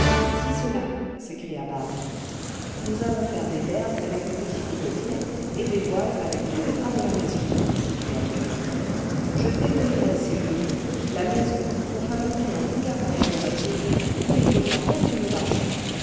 c'est cela s'écria barbe nous allons faire des vergues avec nos petits cocotiers et des voiles avec tous les draps de la maison s'écria le capitaine je démolirai s'il le faut la maison pour fabriquer un gouvernail pour notre île et il faudra bien que nous marchions